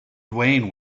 duane